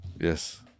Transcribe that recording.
Yes